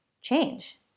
change